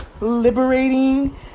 liberating